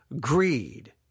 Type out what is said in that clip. greed